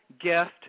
gift